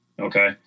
Okay